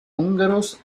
húngaros